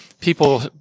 people